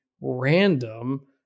random